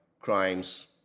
crimes